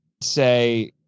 say